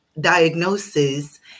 diagnosis